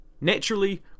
Naturally